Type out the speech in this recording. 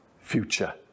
future